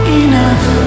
enough